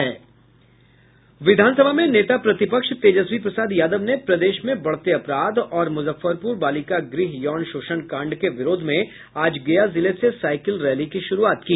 विधानसभा में नेता प्रतिपक्ष तेजस्वी प्रसाद यादव ने प्रदेश में बढ़ते अपराध और मुजफ्फरपुर बालिका गृह यौन शोषण कांड के विरोध में आज गया जिले से साइकिल रैली की शुरूआत की